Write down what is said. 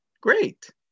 great